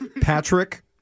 Patrick